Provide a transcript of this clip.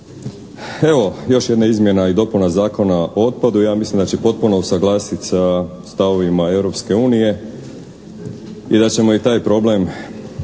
Evo još jedna izmjena i dopuna Zakona o otpadu. Ja mislim da će potpuno usaglasit sa stavovima Europske unije i da ćemo i taj problem,